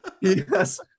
yes